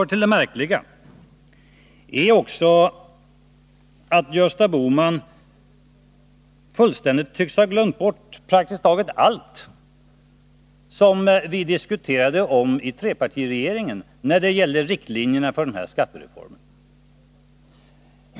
Till det märkliga hör också att Gösta Bohman fullständigt tycks ha glömt bort praktiskt taget allt som vi diskuterade om i trepartiregeringen när det gällde riktlinjerna för den här skattereformen.